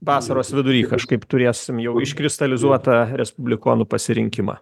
vasaros vidury kažkaip turėsim jau iškristalizuotą respublikonų pasirinkimą